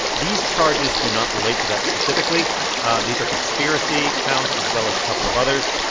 these charges do not relate to that specifically and these are conspiracy counts as well as a couple of others.